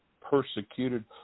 persecuted